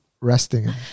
resting